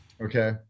Okay